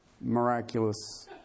miraculous